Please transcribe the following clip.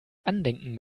andenken